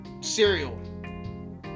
cereal